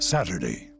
Saturday